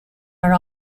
are